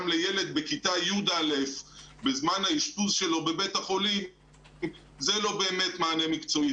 לכיתה בכיתה י"א בזמן האשפוז שלו בבית החולים זה לא באמת מענה מקצועי.